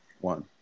One